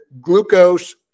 glucose